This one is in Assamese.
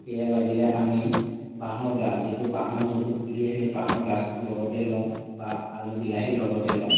সেয়া লাগিলে আমি বাঁহৰ গাজ যিটো বাঁহৰ যোনটো পুলি আহে সেই বাঁহৰ গাজটোৰ লগতে লওঁ বা আলু বিলাহীৰ লগতে লওঁ